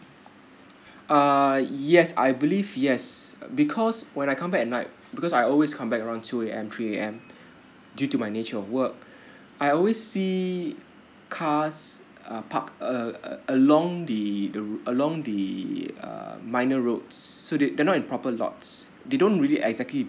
uh yes I believe yes because when I come back at night because I always come back around two A_M three A_M due to my nature of work I always see cars uh park uh along the along the uh minor roads so they they're not in proper lots they don't really exactly